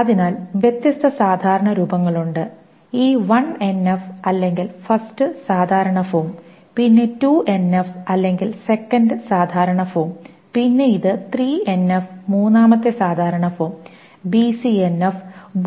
അതിനാൽ വ്യത്യസ്ത സാധാരണ രൂപങ്ങളുണ്ട് ഈ 1NF അല്ലെങ്കിൽ 1st സാധാരണ ഫോം പിന്നെ 2NF അല്ലെങ്കിൽ 2nd സാധാരണ ഫോം പിന്നെ ഇത് 3NF മൂന്നാമത്തെ സാധാരണ ഫോം BCNF